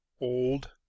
Old